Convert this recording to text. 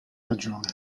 ragione